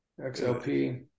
XLP